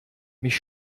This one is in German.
mich